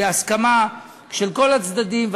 בהסכמה של כל הצדדים.